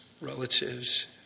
relatives